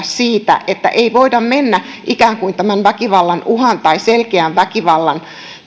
siitä että ei voida mennä ikään kuin väkivallan uhan tai selkeän väkivallan